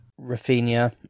Rafinha